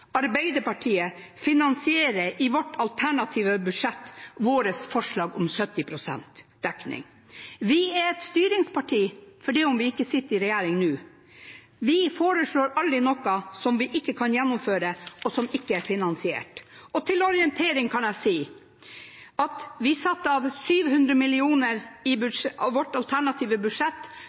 Arbeiderpartiet finansierer i vårt alternative budsjett våre forslag om 70 pst. dekning. Vi er et styringsparti selv om vi ikke sitter i regjering nå. Vi foreslår aldri noe som vi ikke kan gjennomføre, og som ikke er finansiert. Og til orientering kan jeg si at vi satte av 700 mill. kr i vårt alternative budsjett